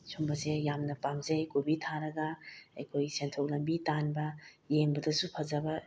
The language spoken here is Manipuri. ꯁꯨꯝꯕꯁꯦ ꯌꯥꯝꯅ ꯄꯥꯝꯖꯩ ꯀꯣꯕꯤ ꯊꯥꯔꯒ ꯑꯩꯈꯣꯏ ꯁꯦꯟꯊꯣꯛ ꯂꯝꯕꯤ ꯇꯥꯟꯕ ꯌꯦꯡꯕꯗꯁꯨ ꯐꯖꯕ